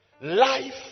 life